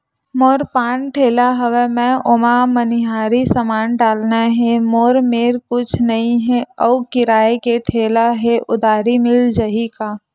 मोर पान ठेला हवय मैं ओमा मनिहारी समान डालना हे मोर मेर कुछ नई हे आऊ किराए के ठेला हे उधारी मिल जहीं का?